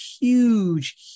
huge